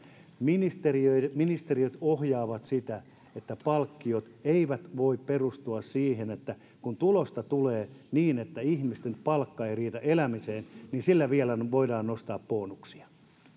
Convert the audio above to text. ministeriöt ministeriöt ohjaavat sitä että palkkiot eivät voi perustua siihen että kun tulosta tulee niin ihmisten palkka ei riitä elämiseen ja sillä vielä voidaan nostaa bonuksia